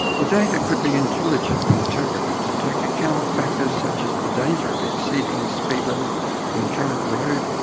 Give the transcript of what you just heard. the data could be intelligently interpreted to take account of factors such as the danger of exceeding the speed limit in current road,